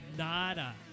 nada